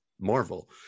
Marvel